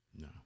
No